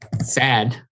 sad